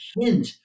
hint